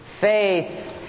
faith